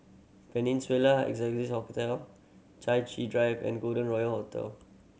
Peninsula Excelsior Hotel Chai Chee Drive and Golden Royal Hotel